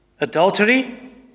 adultery